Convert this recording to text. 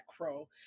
crow